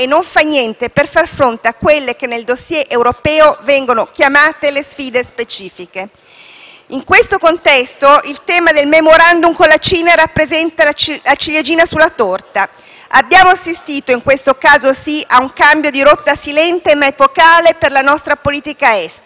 In questo contesto il tema del *memorandum* con la Cina rappresenta la ciliegina sulla torta. Abbiamo assistito - in questo caso sì - ad un cambio di rotta silente, ma epocale, per la nostra politica estera, un cambio che finirà per scontentare tanto i nostri alleati storici (Europa ed USA,